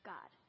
God